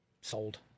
sold